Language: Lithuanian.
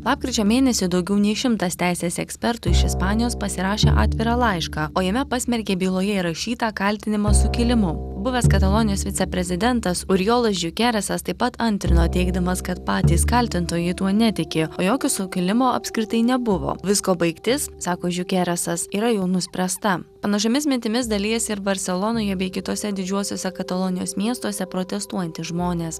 lapkričio mėnesį daugiau nei šimtas teisės ekspertų iš ispanijos pasirašė atvirą laišką o jame pasmerkė byloje įrašytą kaltinimą sukilimu buvęs katalonijos viceprezidentas oriolas žiukeresas taip pat antrino teigdamas kad patys kaltintojai tuo netiki o jokio sukilimo apskritai nebuvo visko baigtis sako žiukerasas yra jau nuspręsta panašiomis mintimis dalijasi ir barselonoje bei kituose didžiuosiuose katalonijos miestuose protestuojantys žmonės